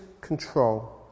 control